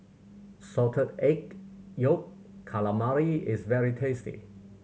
Salted Egg Yolk Calamari is very tasty